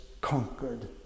conquered